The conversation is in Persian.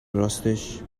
راستش